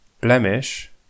Blemish